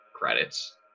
credits